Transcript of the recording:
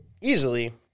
Easily